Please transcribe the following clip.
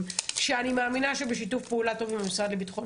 שאני מאמינה שבשיתוף פעולה טוב עם המשרד לביטחון